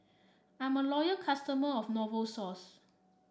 I'm a loyal customer of Novosource